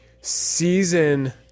season